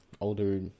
older